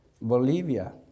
Bolivia